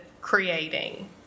creating